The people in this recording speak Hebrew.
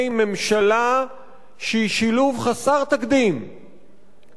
שילוב חסר תקדים של קיצוניות והרפתקנות.